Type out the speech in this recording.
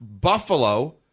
Buffalo